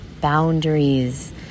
boundaries